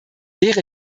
wäre